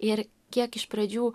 ir kiek iš pradžių